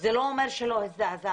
זה לא אומר שלא הזדעזעתי,